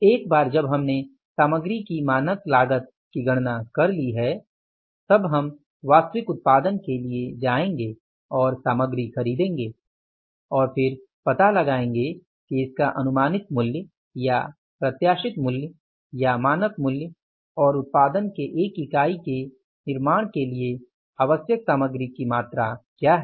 एक बार जब हमने सामग्री की मानक लागत की गणना कर ली है तब हम वास्तविक उत्पादन के लिए जाएंगे और सामग्री खरीदेंगे और फिर पता लगाएंगे कि इसका अनुमानित मूल्य या प्रत्याशित मूल्य या मानक मूल्य और उत्पादन के 1 इकाई के निर्माण के लिए आवश्यक सामग्री की मात्रा क्या है